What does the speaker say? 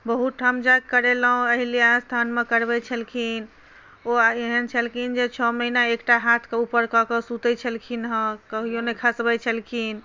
बहुत ठाम यज्ञ करेलहुँ अहिल्या स्थानमे करबैत छलखिन ओ एहन छलखिन जे छओ महीना एकटा हाथके ऊपर कऽ के सुतैत छलखिन हेँ कहियो नहि खसबैत छलखिन